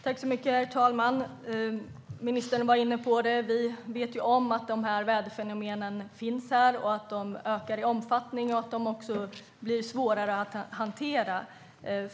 Herr talman! Ministern var inne på att vi vet om att dessa väderfenomen finns här, att de ökar i omfattning och att de också blir svårare att hantera.